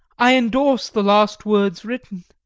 i endorse the last words written,